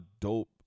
dope